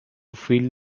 fill